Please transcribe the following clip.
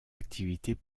activités